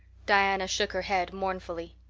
diana shook her head mournfully.